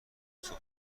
سفره